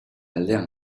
aldean